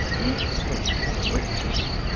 yes, straight from switzerland.